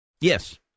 Yes